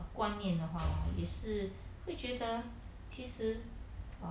观念的话 hor 也是会觉得其实 err